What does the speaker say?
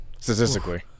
statistically